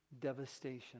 devastation